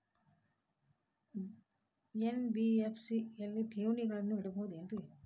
NBFC ಗಳಲ್ಲಿ ಠೇವಣಿಗಳನ್ನು ಇಡಬಹುದೇನ್ರಿ?